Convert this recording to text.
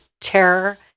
terror